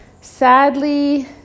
sadly